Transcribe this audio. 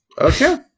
Okay